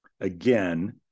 Again